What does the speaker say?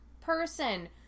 person